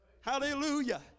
Hallelujah